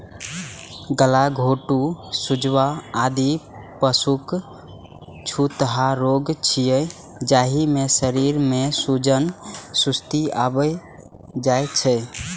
गलाघोटूं, सुजवा, आदि पशुक छूतहा रोग छियै, जाहि मे शरीर मे सूजन, सुस्ती आबि जाइ छै